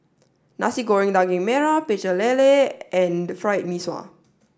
Nasi Goreng Daging Merah Pecel Lele and Fried Mee Sua